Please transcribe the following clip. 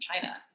China